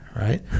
right